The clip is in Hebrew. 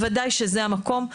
אז בוודאי שזה המקום.